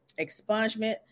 expungement